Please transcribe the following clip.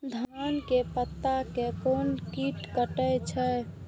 धान के पत्ता के कोन कीट कटे छे?